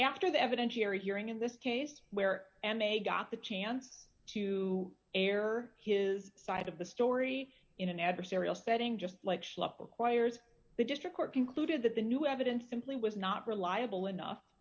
after the evidentiary hearing in this case where and they got the chance to air his side of the story in an adversarial setting just like schlepp requires the district court concluded that the new evidence simply was not reliable enough